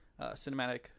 cinematic